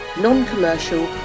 non-commercial